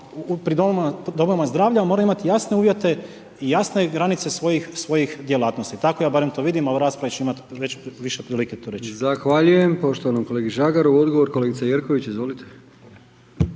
u domovima zdravlja ali moraju imati jasne uvjete i jasne granice svojih djelatnosti, tako ja barem to vidim a u raspravi ću imati više prilike to reći. **Brkić, Milijan (HDZ)** Zahvaljujem poštovanom kolegi Žagar, odgovor kolegica Jerković, izvolite.